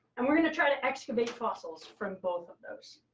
and we're going to try to excavate fossils from both of those.